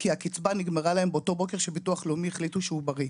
כי הקצבה נגמרה להם באותו בוקר שביטוח לאומי החליטו שהם בריאים.